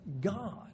God